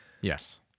yes